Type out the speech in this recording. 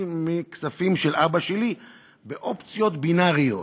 מכספים של אבא שלי באופציות בינאריות.